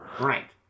Right